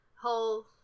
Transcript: Whole-